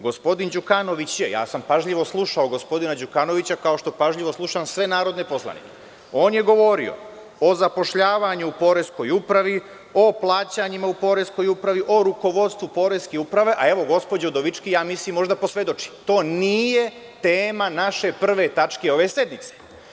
Gospodin Đukanović je, ja sam pažljivo slušao gospodina Đukanovića kao što pažljivo slušam sve narodne poslanike, on je govorio o zapošljavanju u poreskoj upravi, o plaćanjima u poreskoj upravi, o rukovodstvu poreske uprave, a evo, gospođa Udovički može da posvedoči, to nije tema naše prve tačke ove sednice.